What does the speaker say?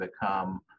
become